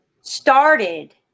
started